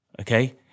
okay